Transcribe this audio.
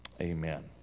Amen